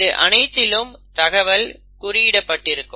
இது அனைத்திலும் தகவல் குறிப்பிடப்பட்டிருக்கும்